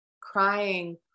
crying